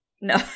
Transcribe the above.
No